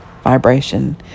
vibration